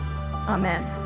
Amen